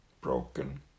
broken